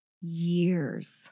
years